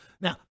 Now